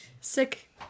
Sick